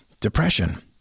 Depression